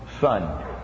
Son